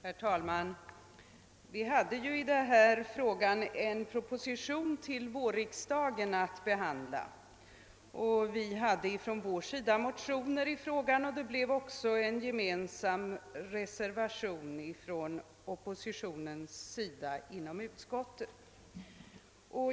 Herr talman! Vi hade ju en proposition i denna fråga att behandla under vårriksdagen. Från folkpartiet förelåg också motioner i ärendet, och det avgavs en gemensam reservation av oppositionen inom utskottet.